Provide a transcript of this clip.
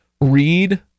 Read